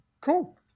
Cool